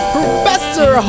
Professor